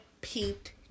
peeped